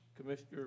Commissioner